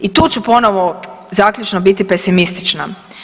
I tu ću ponovo zaključno biti pesimistična.